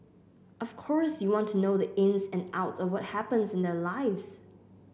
of course you want to know the ins and outs of what happens in their lives